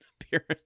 appearance